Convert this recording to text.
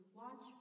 watch